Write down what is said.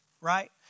right